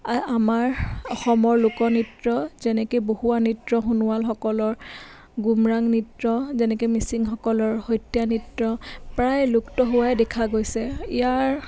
আমাৰ অসমৰ লোকনৃত্য যেনেকৈ বহুৱা নৃত্য সোণোৱালসকলৰ গুমৰাং নৃত্য যেনেকৈ মিচিংসকলৰ সত্ৰীয়া নৃত্য প্ৰায় লুপ্ত হোৱাই দেখা গৈছে ইয়াৰ